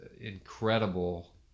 incredible